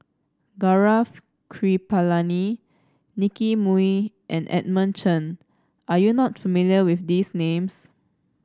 Gaurav Kripalani Nicky Moey and Edmund Chen are you not familiar with these names